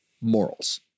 morals